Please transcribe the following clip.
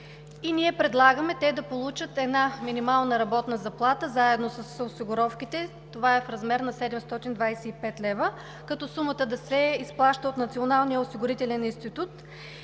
Ние предлагаме те да получат една минимална работна заплата заедно с осигуровките – това е в размер на 725 лв., като сумата да се изплаща от Националния осигурителен институт